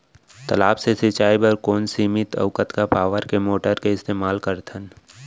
तालाब से सिंचाई बर कोन सीमित अऊ कतका पावर के मोटर के इस्तेमाल करथन?